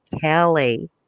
Kelly